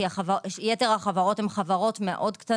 כי יתר החברות מאוד קטנות.